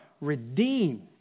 redeemed